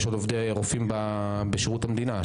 יש עוד רופאים בשירות המדינה,